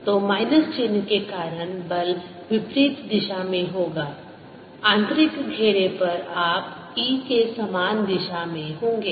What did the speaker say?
तो माइनस चिह्न के कारण बल विपरीत दिशा में होगा आंतरिक घेरे पर आप E के समान दिशा में होंगे